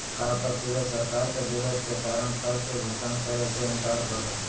कर प्रतिरोध सरकार के विरोध के कारण कर के भुगतान करे से इनकार करो हइ